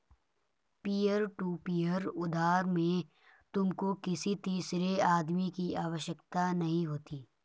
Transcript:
peer to peer उधार में तुमको किसी तीसरे आदमी की आवश्यकता नहीं होती